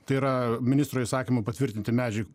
tai yra ministro įsakymu patvirtinti medžiai